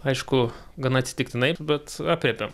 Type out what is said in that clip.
aišku gana atsitiktinai bet aprėpiam